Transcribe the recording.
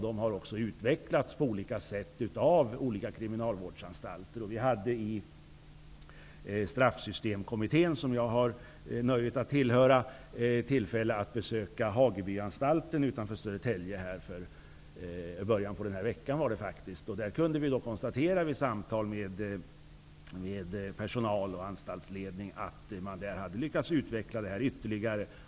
De har också utvecklats på olika sätt på olika kriminalvårdsanstalter. Ledamöterna i Straffsystemskommittén, som jag har nöjet att tillhöra, besökte Hagebyanstalten utanför Södertälje i början av den här veckan. Vid samtal med personal och anstaltsledning framgick det att man där hade lyckats utveckla behandlingen ytterligare.